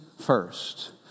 First